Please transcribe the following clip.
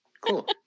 Cool